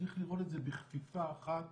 צריך לראות את זה בכפיפה אחת